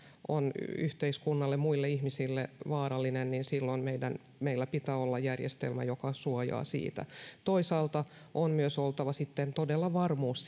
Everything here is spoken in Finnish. on yhteiskunnalle muille ihmisille vaarallinen niin silloin meillä pitää olla järjestelmä joka suojaa toisaalta on myös oltava sitten todella varmuus